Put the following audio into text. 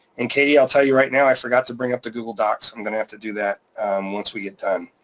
and katie i'll tell you right now, i forgot to bring up the google docs, i'm gonna have to do that once we get done.